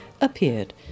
appeared